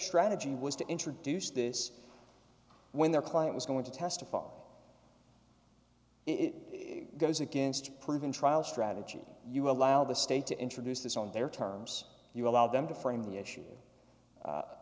strategy was to introduce this when their client was going to testify it goes against proven trial strategy you allow the state to introduce this on their terms you allow them to frame the issue